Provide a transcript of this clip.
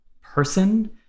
person